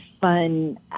fun